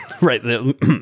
right